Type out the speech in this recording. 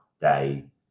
day